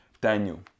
Daniel